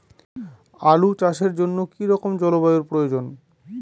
আলু চাষের জন্য কি রকম জলবায়ুর প্রয়োজন?